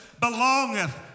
belongeth